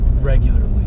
regularly